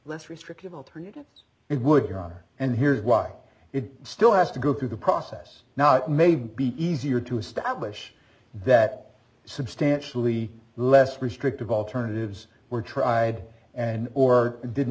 less restrictive alternatives it would or are and here's why it still has to go through the process now it may be easier to establish that substantially less restrictive alternatives were tried and or didn't